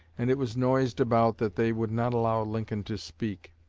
and it was noised about that they would not allow lincoln to speak.